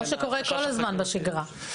כמו שקורה כל הזמן בשגרה.